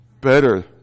Better